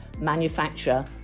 manufacture